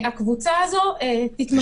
הקבוצה הזאת תתמסמס.